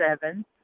seven